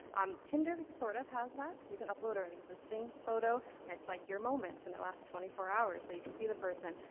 um, tinder sort of has that. you can upload an existing photo, and it's like your moment, and it lasts twenty four hours, so you can see the person.